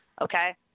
okay